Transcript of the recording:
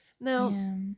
Now